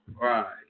right